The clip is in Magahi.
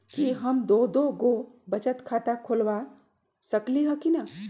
कि हम दो दो गो बचत खाता खोलबा सकली ह की न?